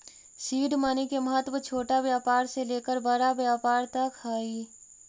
seed money के महत्व छोटा व्यापार से लेकर बड़ा व्यापार तक हई